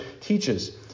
teaches